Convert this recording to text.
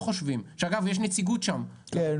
שאגב יש שם נציגות לרגולטור,